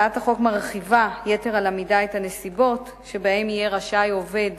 הצעת החוק מרחיבה יתר על המידה את הנסיבות שבהן יהיה רשאי עובד